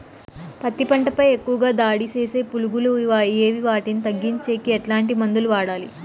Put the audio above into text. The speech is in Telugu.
పత్తి పంట పై ఎక్కువగా దాడి సేసే పులుగులు ఏవి వాటిని తగ్గించేకి ఎట్లాంటి మందులు వాడాలి?